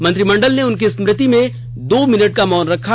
मंत्रिमंडल ने उनकी स्मृति में दो मिनट का मौन रखा